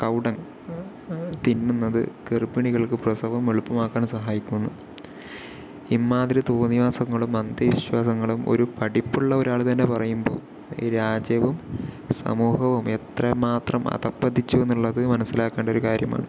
cow dung തിന്നുന്നത് ഗർഭിണികൾക്ക് പ്രസവം എളുപ്പമാക്കാൻ സഹായിക്കുമെന്ന് ഇമ്മാതിരി തോന്ന്യവാസങ്ങളും അന്ധവിശ്വാസങ്ങളും ഒരു പഠിപ്പുള്ള ഒരാള് തന്നെ പറയുമ്പോൾ ഈ രാജ്യവും സമൂഹവും എത്ര മാത്രം അധഃപതിച്ചു എന്നുള്ളത് മനസ്സിലാക്കണ്ട ഒരു കാര്യമാണ്